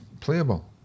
playable